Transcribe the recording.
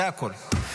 זה הכול.